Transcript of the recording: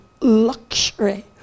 luxury